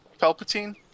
Palpatine